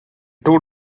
two